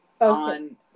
on